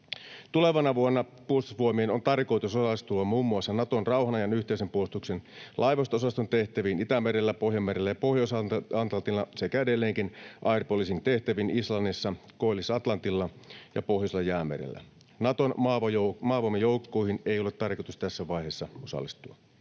Tulevana vuonna Puolustusvoimien on tarkoitus osallistua muun muassa Naton rauhanajan yhteisen puolustuksen laivasto-osaston tehtäviin Itämerellä, Pohjanmerellä ja Pohjois-Atlantilla sekä edelleenkin air policing ‑tehtäviin Islannissa, Koillis-Atlantilla ja Pohjoisella Jäämerellä. Naton maavoimajoukkoihin ei ole tarkoitus tässä vaiheessa osallistua.